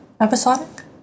episodic